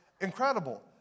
incredible